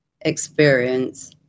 experience